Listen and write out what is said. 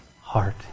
heart